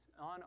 on